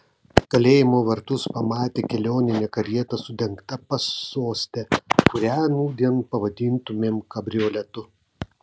kalėjimo vartus pamatė kelioninę karietą su dengta pasoste kurią nūdien pavadintumėm kabrioletu